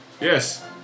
Yes